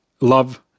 love